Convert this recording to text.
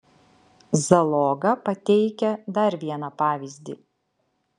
zaloga pateikia dar vieną pavyzdį